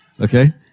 okay